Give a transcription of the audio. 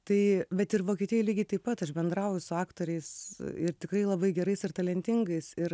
tai bet ir vokietijoj lygiai taip pat aš bendrauju su aktoriais ir tikrai labai gerais ir talentingais ir